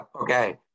Okay